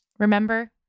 Remember